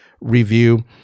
review